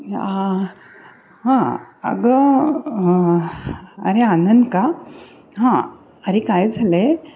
हां हां अगं अरे आनंद का हां अरे काय झालं आहे